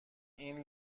این